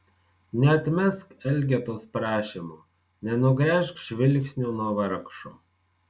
neatmesk elgetos prašymo nenugręžk žvilgsnio nuo vargšo